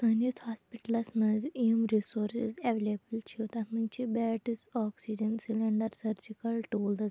سٲنِس ہاسپِٹَلَس منٛز یِم رِسورسِز ایٚولیبٕل چھِ تَتھ منٛز چھِ beds oxygen cylinder surgical tools